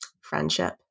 friendship